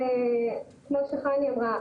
כמו שחני אמרה,